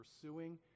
pursuing